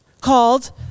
called